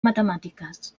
matemàtiques